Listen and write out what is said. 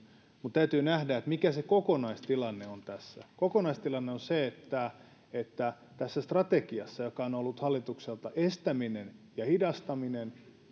täytyy nähdä mikä se kokonaistilanne on tässä kokonaistilanne on se että että tässä strategiassa joka on ollut hallitukselta estäminen ja hidastaminen